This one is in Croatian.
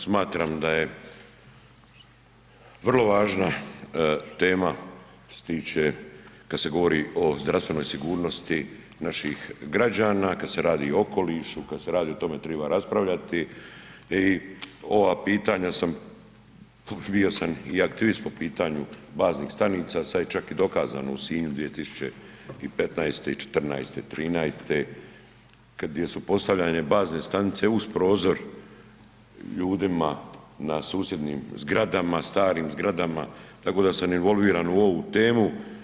Smatram da je vrlo važna tema što se tiče, kad se govori o zdravstvenoj sigurnosti naših građana, kad se radi o okolišu, kad se radi, o tome treba raspravljati i ova pitanja sam, bio sam i aktivist po pitanju baznih stanica, sad je čak i dokazano u Sinju 2015., i 14. i 13. kad gdje su postavljane bazne stanice uz prozor ljudima na susjednim zgradama, starim zgradama, tamo da sam involviran u ovu temu.